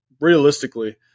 realistically